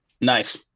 nice